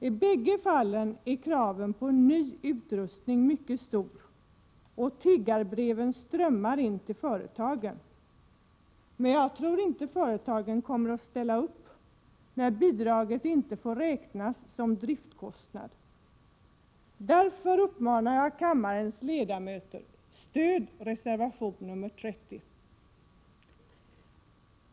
I bägge fallen är kraven på ny utrustning mycket stora — och tiggarbreven strömmar in till företagen. Men jag tror inte att företagen kommer att ställa upp när bidraget inte får räknas som driftskostnad. Därför uppmanar jag kammarens ledamöter: Stöd reservation nr 30!